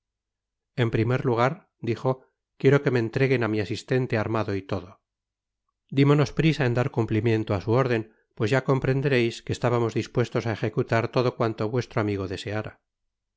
en primer lugar dijo quiero que me entreguen á mi asistente armado y todo dimosnos prisa en dar cumplimiento á su órden pues ya comprendeis que estábamos dispuestos á ejecutar todo cuanto vuestro amigo deseára